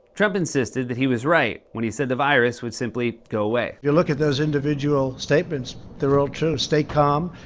trump insisted that he was right when he said the virus would simply go away. you look at those individual statements, they're all true. stay calm.